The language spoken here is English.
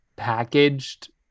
packaged